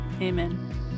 Amen